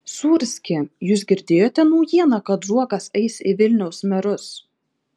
sūrski jūs girdėjote naujieną kad zuokas eis į vilniaus merus